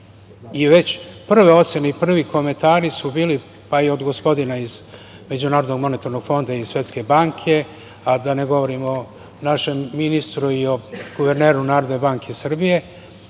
i već prve ocene i prvi komentari su bili, pa i od gospodina iz MMF-a i Svetske banke, a da ne govorim o našem ministru i o guverneru Narodne banke Srbije,